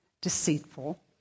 deceitful